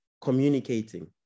communicating